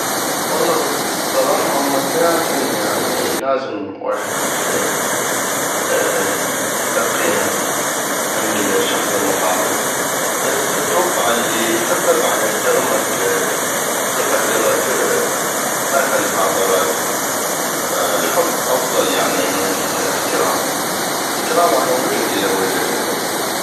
والله بصراحة هما اثنيناتهم لازم ويحد يلقيهم من الشخص المقابل بس اتوقع الي يحبك غاح يحترمك ويقدرك وما يخلي خاطرك فالحب افظل يعني من الاحترام الاحترام راح ينوجد اذا نوجدالحب.